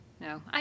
No